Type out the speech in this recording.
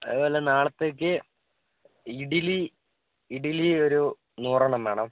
അതേപോലെ നാളത്തേയ്ക്ക് ഇഡ്ഡ്ലി ഇഡ്ഡ്ലി ഒരു നൂറെണ്ണം വേണം